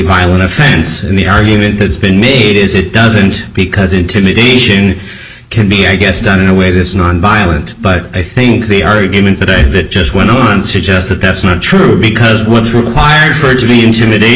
violent offense and the argument has been made is it doesn't because intimidation can be i guess done in a way that's nonviolent but i think the argument today that just went to suggest that that's not true because what's required for it to be intimidat